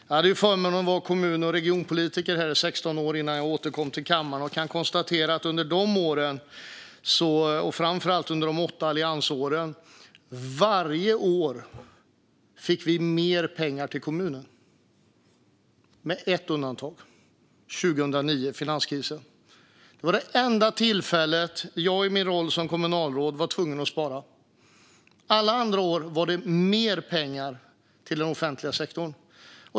Jag hade förmånen att vara kommun och regionpolitiker i 16 år innan jag återkom till kammaren, och jag kan konstatera att vi under de åren - framför allt under de åtta alliansåren - varje år fick mer pengar till kommunen. Det fanns ett undantag, nämligen under finanskrisen 2009. Det var det enda tillfället då jag i min roll som kommunalråd var tvungen att spara. Alla andra år var det mer pengar till den offentliga sektorn.